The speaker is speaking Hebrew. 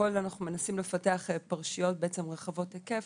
הכול אנחנו מנסים לפתח פרשיות בעצם רחבות היקף